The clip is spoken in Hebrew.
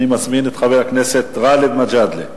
אני מזמין את חבר הכנסת גאלב מג'אדלה.